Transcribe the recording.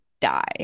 die